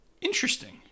interesting